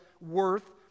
worth